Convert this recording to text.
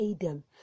Adam